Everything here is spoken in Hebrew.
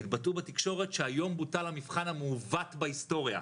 התבטאו בתקשורת שהיום בוטל המבחן המעוות בהיסטוריה,